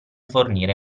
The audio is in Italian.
fornire